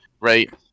right